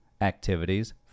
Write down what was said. activities